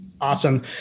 Awesome